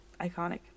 Iconic